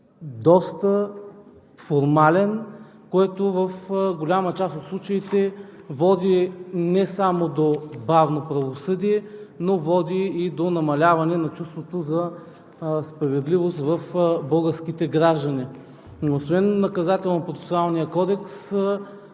доста формален, което в голяма част от случаите води не само до бавно правосъдие, но води и до намаляване на чувството за справедливост в българските граждани. Но освен Наказателно-процесуалния кодекс,